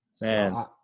Man